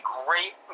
great